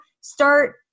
start